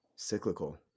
Cyclical